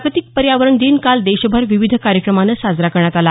जागतिक पर्यावरण दिन काल देशभर विविध कार्यक्रमांनं साजरा करण्यात आला